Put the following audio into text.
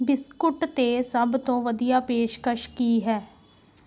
biscuit 'ਤੇ ਸਭ ਤੋਂ ਵਧੀਆ ਪੇਸ਼ਕਸ਼ ਕੀ ਹੈ